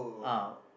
ah